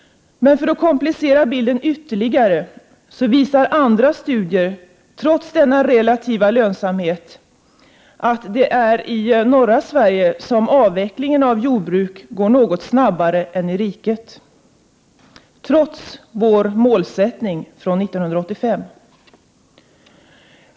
För att komplicera bilden ytterligare visar dock andra studier att trots denna relativa lönsamhet går avvecklingen av jordbruk något snabbare i norra Sverige än i riket i övrigt, trots vår målsättning från 1985.